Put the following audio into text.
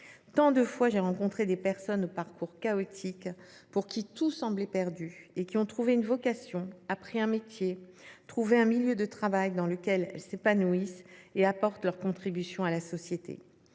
Tant de fois j’ai rencontré des personnes au parcours chaotique, pour qui tout semblait perdu, mais qui ont trouvé une vocation, appris un métier et identifié un milieu de travail dans lequel elles s’épanouissent et apportent leur contribution à la société !